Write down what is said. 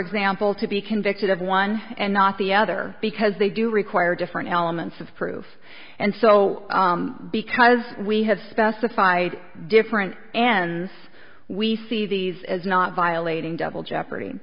example to be convicted of one and not the other because they do require different elements of proof and so because we have specified different ends we see these as not violating double jeopardy